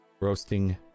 Roasting